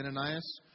Ananias